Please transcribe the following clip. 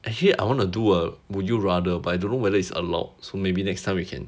actually I wanna do a would you rather but I don't know whether it's allowed so maybe next time we can